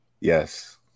Yes